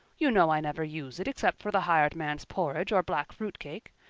you know i never use it except for the hired man's porridge or black fruit cake.